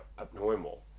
abnormal